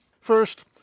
First